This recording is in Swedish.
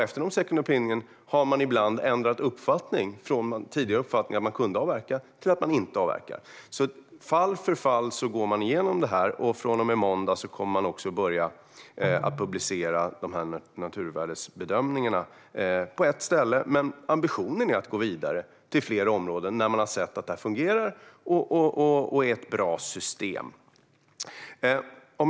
Efter en second opinion har man ibland ändrat uppfattning - från att man kan avverka till att man inte kan avverka. Fall för fall går man alltså igenom det här, och från och med måndag kommer man också att börja publicera naturvärdesbedömningarna. De kommer att publiceras på ett ställe, men ambitionen är att gå vidare till flera områden när man har sett att det fungerar och är ett bra system.